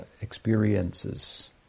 experiences